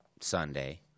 Sunday